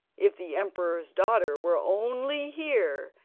if the emperor's daughter were only here,